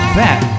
back